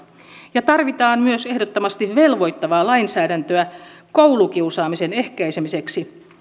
ja tarvitaan myös ehdottomasti velvoittavaa lainsäädäntöä koulukiusaamisen ehkäisemiseksi